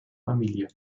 familie